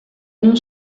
non